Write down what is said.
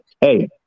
hey